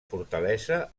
fortalesa